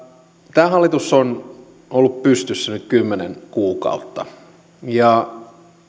tämä hallitus on ollut pystyssä nyt kymmenen kuukautta ja